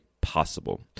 Possible